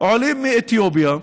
לעולים מאתיופיה,